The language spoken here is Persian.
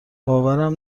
باورم